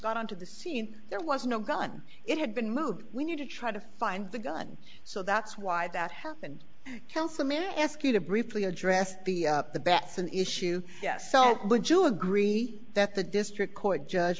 got on to the scene there was no gun it had been moved we need to try to find the gun so that's why that happened kelso man ask you to briefly address the the batson issue yes so would you agree that the district court judge